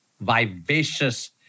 vivacious